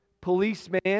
policeman